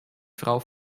frau